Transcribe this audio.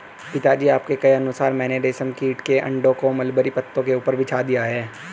पिताजी आपके कहे अनुसार मैंने रेशम कीट के अंडों को मलबरी पत्तों के ऊपर बिछा दिया है